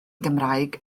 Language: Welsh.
gymraeg